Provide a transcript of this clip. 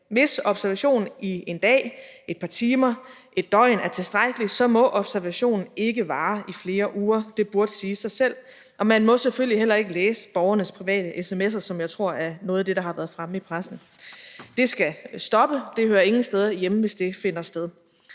Hvis observation i et par timer, en dag, et døgn er tilstrækkeligt, må observation ikke varer i flere uger – det burde sige sig selv. Og man må selvfølgelig heller ikke læse borgernes private sms'er, som jeg tror er noget af det der har været fremme i pressen. Det skal stoppe, det hører ingen steder hjemme, hvis det finder sted.